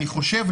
אני חושב,